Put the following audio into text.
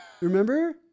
Remember